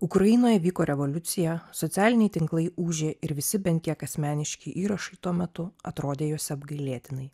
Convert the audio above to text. ukrainoje vyko revoliucija socialiniai tinklai ūžė ir visi bent kiek asmeniški įrašai tuo metu atrodė jose apgailėtinai